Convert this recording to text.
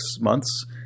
months